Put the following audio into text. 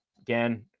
again